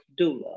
doula